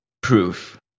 proof